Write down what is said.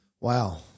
Wow